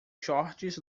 shorts